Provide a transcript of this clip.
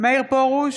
מאיר פרוש,